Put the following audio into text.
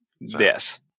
Yes